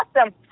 awesome